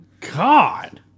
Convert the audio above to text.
God